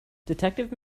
detective